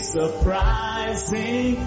surprising